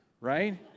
right